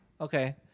okay